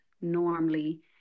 normally